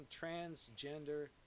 transgender